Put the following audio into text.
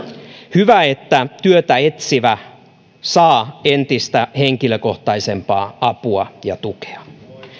hyvä että työtä etsivä saa entistä henkilökohtaisempaa apua ja tukea